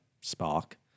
spark